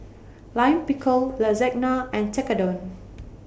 Lime Pickle Lasagna and Tekkadon